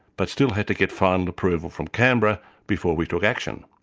but still had to get final approval from canberra before we took action.